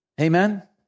Amen